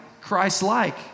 Christ-like